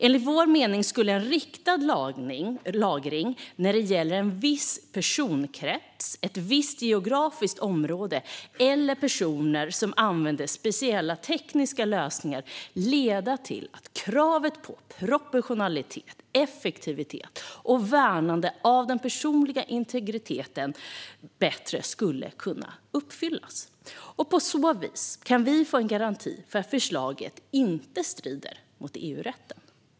Enligt vår mening skulle en riktad lagring när det gäller en viss personkrets, ett visst geografiskt område eller personer som använder speciella tekniska lösningar leda till att kravet på proportionalitet, effektivitet och värnande av den personliga integriteten bättre kan uppfyllas. På så vis kan vi få en garanti för att förslaget inte strider mot EU-rätten.